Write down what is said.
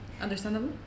understandable